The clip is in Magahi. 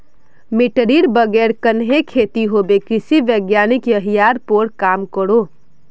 मिटटीर बगैर कन्हे खेती होबे कृषि वैज्ञानिक यहिरार पोर काम करोह